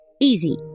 easy